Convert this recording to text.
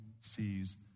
sees